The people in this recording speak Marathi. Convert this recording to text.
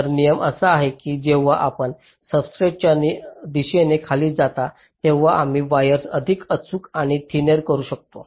तर नियम असा आहे की जेव्हा आपण सब्सट्रेटच्या दिशेने खाली जाता तेव्हा आम्ही वायर्स अधिक अचूक आणि थिनेर करू शकतो